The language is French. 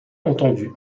entendu